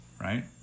right